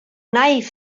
neiv